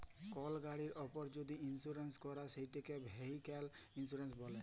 call গাড়ির উপর যদি ইলসুরেলস ক্যরে সেটকে ভেহিক্যাল ইলসুরেলস ব্যলে